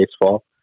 baseball